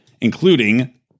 including